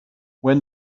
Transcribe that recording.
when